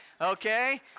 okay